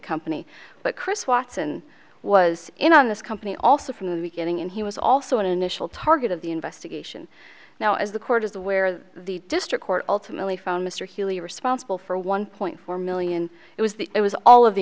company but chris watson was in on this company also from the beginning and he was also an initial target of the investigation now is the court is aware that the district court ultimately found mr healey responsible for one point four million it was the it was all of the